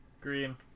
Green